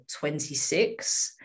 26